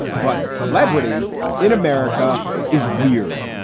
but celebrity in america is weird.